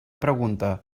pregunte